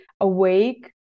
awake